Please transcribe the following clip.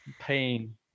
pain